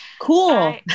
cool